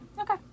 Okay